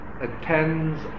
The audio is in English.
attends